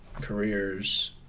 careers